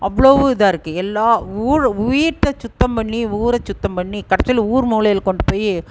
அவ்வளோ இதாக இருக்குது எல்லாம் வீட்டை சுத்தம் பண்ணி ஊரை சுத்தம் பண்ணி கடைசில ஊர் மூளையில் கொண்டு போய்